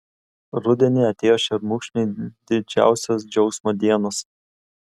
rudenį atėjo šermukšniui didžiausios džiaugsmo dienos